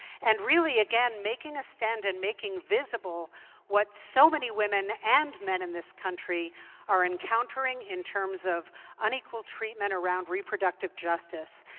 and really again, making a stand and making visible what so many women and men in this country are encountering in terms of unequal treatment around re reproductive justice.